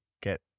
get